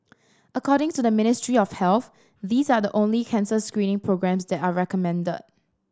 according to the Ministry of Health these are the only cancer screening programmes that are recommended